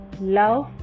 love